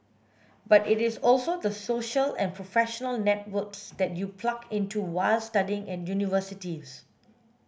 but it is also the social and professional networks that you plug into while studying at universities